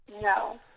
No